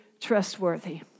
trustworthy